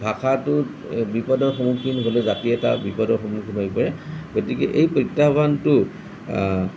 ভাষাটো বিপদৰ সন্মুখীন হ'লে জাতি এটা বিপদৰ সন্মুখীন হৈ পৰে গতিকে এই প্ৰত্যাহ্বানটো